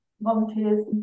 volunteers